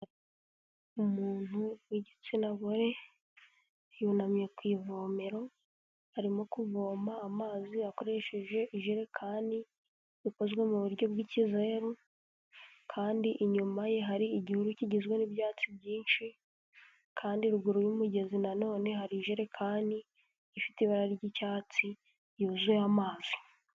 Umuntu w'igitsina gore yunamye ku ivomero, arimo kuvoma amazi akoresheje ijerekani bikozwe mu buryo bw'ikizeru kandi inyuma ye hari igihuru kigizwe n'ibyatsi byinshi, kandi ruguru umugezi nanone hari ijerekani ifite ibara ry'icyatsi yuzuye amazi.